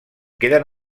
queden